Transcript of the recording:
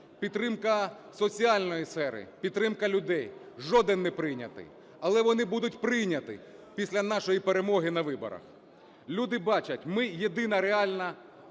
підтримка соціальної сфери, підтримка людей – жоден не прийнятий! Але вони будуть прийняті після нашої перемоги на виборах. Люди бачать, ми – єдина реальна